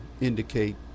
indicate